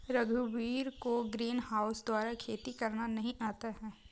रघुवीर को ग्रीनहाउस द्वारा खेती करना नहीं आता है